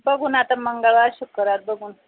बघू ना आता मंगळवार शुक्रवार बघून